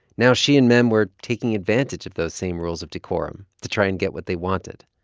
now, she and mem were taking advantage of those same rules of decorum to try and get what they wanted.